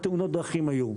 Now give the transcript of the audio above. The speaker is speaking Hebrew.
כמה תאונות דרכים היו.